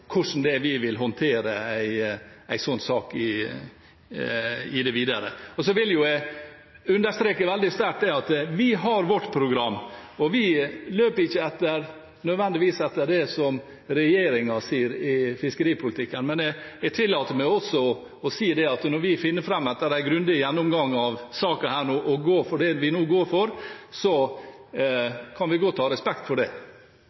hvordan vi vil håndtere en slik sak videre. Så vil jeg veldig sterkt understreke at vi har vårt program, og vi løper nødvendigvis ikke etter det som regjeringen sier i fiskeripolitikken. Men jeg tillater meg også å si at når vi etter en grundig gjennomgang av saken finner ut å gå for det vi nå går for, kan vi godt få respekt for det.